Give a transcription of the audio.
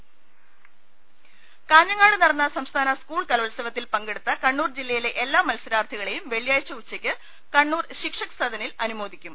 രുട്ടിട്ട്ട്ട്ട്ട്ട്ട കാഞ്ഞങ്ങാട് നടന്ന സംസ്ഥാന സ്കൂൾ കലോത്സവത്തിൽ പങ്കെടു ത്ത കണ്ണൂർ ജില്ലയിലെ എല്ലാ മത്സരാർത്ഥികളെയും വെള്ളിയാഴ്ച ഉച്ചയ് ക്ക് കണ്ണൂർ ശിക്ഷക്ക് സദനിൽ അനുമോദിക്കും